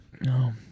No